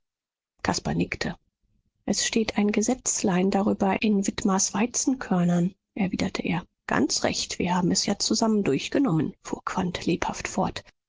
nickte es steht ein gesätzlein darüber in dittmars weizenkörnern erwiderte er ganz recht wir haben es ja zusammen durchgenommen fuhr quandt lebhaft fort